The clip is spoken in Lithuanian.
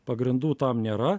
pagrindų tam nėra